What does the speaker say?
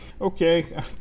Okay